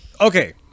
Okay